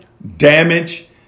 Damage